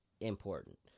important